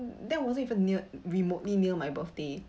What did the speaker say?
that wasn't even near remotely near my birthday